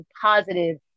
positive